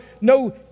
no